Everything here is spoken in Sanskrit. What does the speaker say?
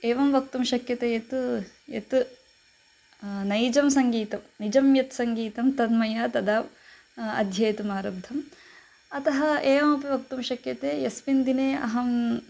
एवं वक्तुं शक्यते यत् यत् नैजं सङ्गीतं निजं यत् सङ्गीतं तद् मया तदा अध्येतुम् आरब्धम् अतः एवमपि वक्तुं शक्यते यस्मिन् दिने अहं